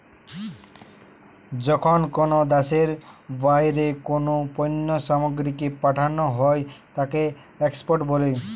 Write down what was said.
যখন কোনো দ্যাশের বাহিরে কোনো পণ্য সামগ্রীকে পাঠানো হই তাকে এক্সপোর্ট বলে